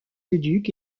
leduc